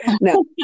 No